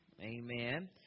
Amen